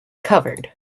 covered